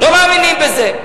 לא מאמינים בזה.